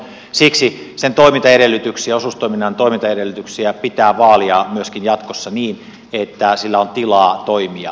siksi osuustoiminnan toimintaedellytyksiä pitää vaalia myöskin jatkossa niin että sillä on tilaa toimia